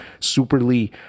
superly